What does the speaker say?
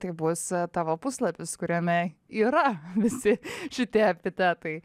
tai bus tavo puslapis kuriame yra visi šitie epitetai